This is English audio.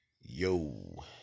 yo